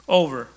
over